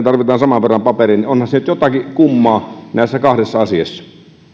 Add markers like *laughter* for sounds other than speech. *unintelligible* tarvitaan saman verran paperia niin onhan siinä nyt jotakin kummaa näissä kahdessa asiassa